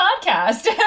podcast